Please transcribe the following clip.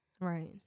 Right